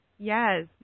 Yes